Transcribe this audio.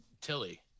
Tilly